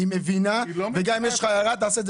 היא מבינה וגם אם יש לך הערה תעשה את זה